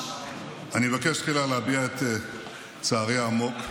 אני מבקש תחילה להביע את צערי העמוק,